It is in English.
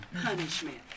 punishment